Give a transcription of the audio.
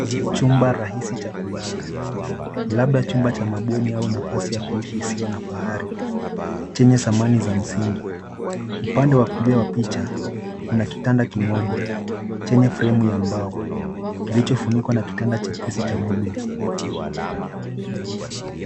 Chumba rahisi cha kulala. Labda chumba cha mabueni au nafasi ya kuhishi isiyo na fahari. Chenye samani za msingi. Upande wakulia wapicha, kuna kitanda kimoja, chenye fremu ya mbao. Kilicho funikwa na kitambaa chepesi cha bluu.